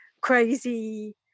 crazy